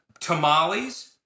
tamales